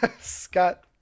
Scott